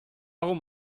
warum